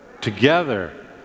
Together